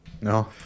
No